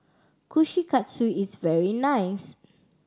kushikatsu is very nice